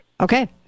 Okay